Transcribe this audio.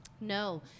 No